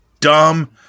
Dumb